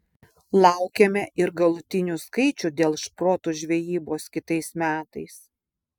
laukiame ir galutinių skaičių dėl šprotų žvejybos kitais metais